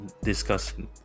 discussing